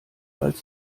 als